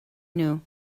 nhw